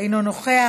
אינו נוכח,